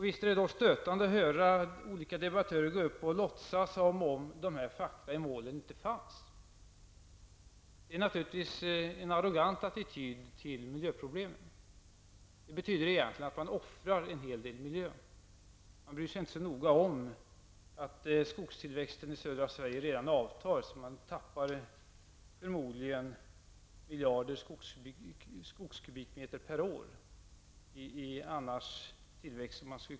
Det är då stötande att höra olika debattörer låtsas som om dessa fakta i målet inte fanns. Det är naturligtvis en arrogant attityd till miljöproblemen. Det betyder egentligen att man offrar en hel del miljö. Man bryr sig inte så noga om att skogstillväxten i södra Sverige redan har börjat avta och att man förmodligen förlorar miljarder skogskubikmeter per år.